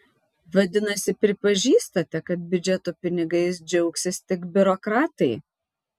vadinasi pripažįstate kad biudžeto pinigais džiaugsis tik biurokratai